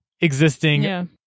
existing